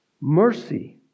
Mercy